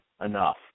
enough